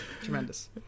Tremendous